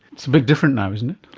it's a bit different now, isn't it?